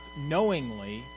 knowingly